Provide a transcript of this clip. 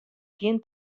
gjin